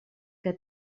que